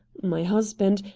my husband,